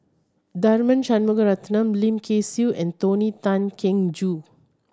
Tharman Shanmugaratnam Lim Kay Siu and Tony Tan Keng Joo